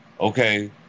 Okay